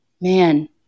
man